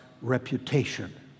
reputation